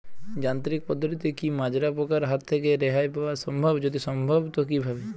যান্ত্রিক পদ্ধতিতে কী মাজরা পোকার হাত থেকে রেহাই পাওয়া সম্ভব যদি সম্ভব তো কী ভাবে?